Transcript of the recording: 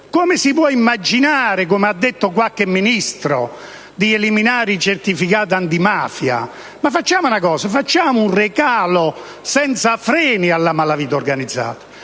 Come si può immaginare - come ha detto qualche Ministro - di eliminare i certificati antimafia? In questo modo facciamo un regalo senza freni alla malavita organizzata,